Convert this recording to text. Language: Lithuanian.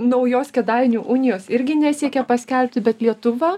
naujos kėdainių unijos irgi nesiekė paskelbti bet lietuva